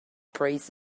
praise